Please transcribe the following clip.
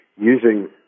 using